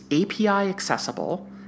API-accessible